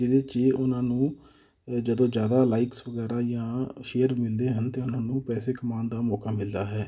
ਜਿਹਦੇ 'ਚ ਉਹਨਾਂ ਨੂੰ ਜਦੋਂ ਜ਼ਿਆਦਾ ਲਾਇਕਸ ਵਗੈਰਾ ਜਾਂ ਸ਼ੇਅਰ ਮਿਲਦੇ ਹਨ ਤਾਂ ਉਹਨਾਂ ਨੂੰ ਪੈਸੇ ਕਮਾਉਣ ਦਾ ਮੌਕਾ ਮਿਲਦਾ ਹੈ